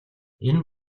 энэ